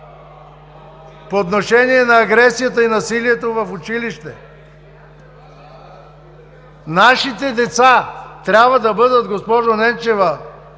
отношение на агресията и насилието в училище?! Нашите деца трябва да бъдат, госпожо Ненчева,